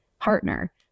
partner